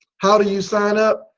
how do you sign up?